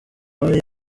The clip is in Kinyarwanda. nawe